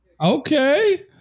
Okay